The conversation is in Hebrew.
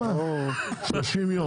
30 יום.